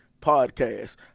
Podcast